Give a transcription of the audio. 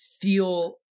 feel